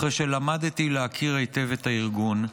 אחרי שלמדתי להכיר היטב את הארגון,